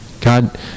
God